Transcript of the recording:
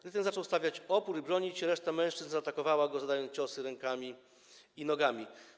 Gdy ten zaczął stawiać opór i bronić się, reszta mężczyzn zaatakowała go, zadając ciosy rękami i nogami.